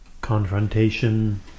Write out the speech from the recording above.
confrontation